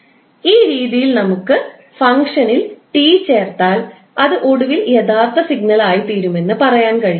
ഈ രീതിയിൽ നമുക്ക് ഫംഗ്ഷനിൽ ടി ചേർത്താൽ അത് ഒടുവിൽ യഥാർത്ഥ സിഗ്നൽ ആയിത്തീരുമെന്ന് പറയാൻ കഴിയും